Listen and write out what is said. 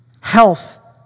health